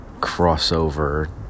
crossover